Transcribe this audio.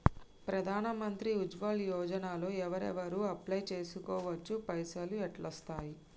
ప్రధాన మంత్రి ఉజ్వల్ యోజన లో ఎవరెవరు అప్లయ్ చేస్కోవచ్చు? పైసల్ ఎట్లస్తయి?